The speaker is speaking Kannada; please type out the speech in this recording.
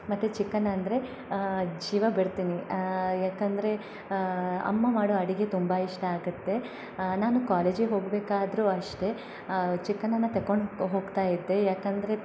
ಮತ್ತು ಚಿಕನ್ ಅಂದರೆ ಜೀವ ಬಿಡ್ತೀನಿ ಯಾಕಂದರೆ ಅಮ್ಮ ಮಾಡೋ ಅಡಿಗೆ ತುಂಬ ಇಷ್ಟ ಆಗತ್ತೆ ನಾನು ಕಾಲೇಜಿಗೆ ಹೋಗ್ಬೇಕಾದರೂ ಅಷ್ಟೇ ಚಿಕನನ್ನ ತಕೊಂಡು ಹೋಗ್ತಾಯಿದ್ದೆ ಯಾಕಂದರೆ